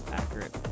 accurate